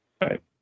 Right